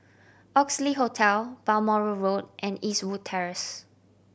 Oxley Hotel Balmoral Road and Eastwood Terrace